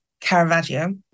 Caravaggio